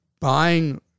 buying